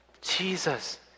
Jesus